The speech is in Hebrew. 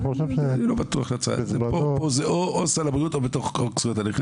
או סל הבריאות או בתוך חוק זכויות הנכה.